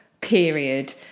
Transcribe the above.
period